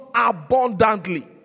abundantly